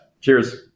Cheers